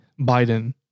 Biden